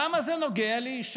למה זה נוגע לי?